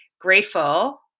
grateful